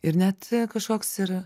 ir net kažkoks ir